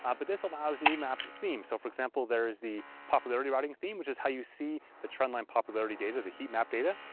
um but this allows new map themes. so for example, there is the popularity routing theme, which is how you see the trend line popularity data the heat map data.